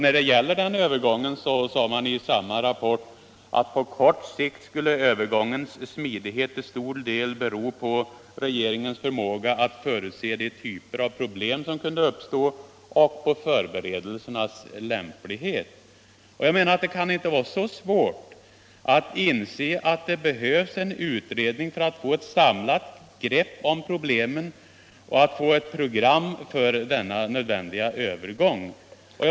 När det gäller 5l en sådan övergång sade man i samma rapport att övergångens smidighet på kort sikt till stor del beror på regeringens förmåga att förutse de typer av problem som kunde uppstå och på förberedelsernas lämplighet. Jag menar att det inte kan vara så svårt att inse att det behövs en utredning för att få ett samlat grepp om problemen och att få ett program för denna nödvändiga övergång.